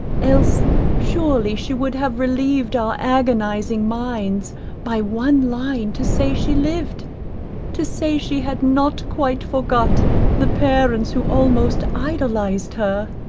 else surely she would have relieved our agonizing minds by one line to say she lived to say she had not quite forgot the parents who almost idolized her.